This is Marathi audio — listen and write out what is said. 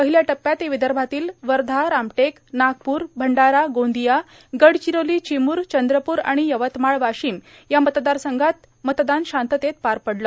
पहिल्या टप्प्यात विदर्भातील वर्धा रामटेक नागपूर भंडारा गोंदिया गडचिरोली चिमूर चंद्रपूर आणि यवतमाळ वाशिम या मतदारसंघात आज मतदान शांततेत पार पडलं